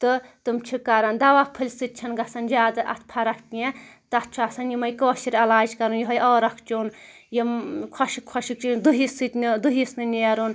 تہٕ تِم چھِ کران دوا پھلہِ سۭتۍ چھَنہٕ گژھان زیٛادٕ اَتھ فرق کیٚنٛہہ تَتھ چھُ آسان یِمٔے کٲشِرۍ علاج کرٕنۍ یِہٲے عٲرق چیٛون یِم خۄشٕک خۄشٕک چیٖز دٕہِس سۭتۍ نہٕ دٕہِس نہٕ نیٚرُن